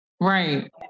Right